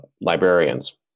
librarians